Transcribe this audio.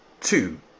two